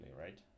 right